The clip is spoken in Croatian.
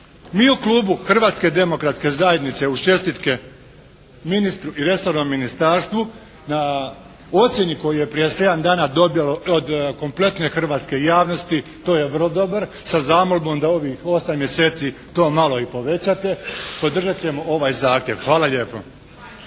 Mi u klubu Hrvatske demokratske zajednice uz čestitke ministru i resornom ministarstvu na ocjeni koju je prije sedam dana dobilo od kompletne hrvatske javnosti to je vrlo dobar sa zamolbom da ovih osam mjeseci to malo i povećate podržat ćemo ovaj zahtjev. Hvala lijepo.